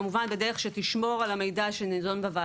כמובן בדרך שנדונה בוועדה,